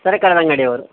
ತರಕಾರಿ ಅಂಗಡಿಯವರು